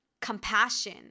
compassion